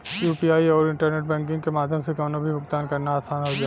UPI आउर internet banking के माध्यम से कउनो भी भुगतान करना आसान हो जाला